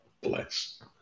Bless